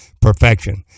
perfection